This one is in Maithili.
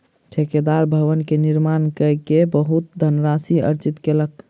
ठेकेदार भवन के निर्माण कय के बहुत धनराशि अर्जित कयलक